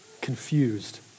confused